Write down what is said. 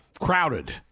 crowded